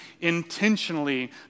intentionally